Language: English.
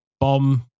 bomb